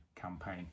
campaign